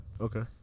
Okay